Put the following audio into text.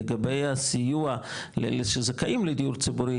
לגבי הסיוע לזכאים לדיור ציבורי,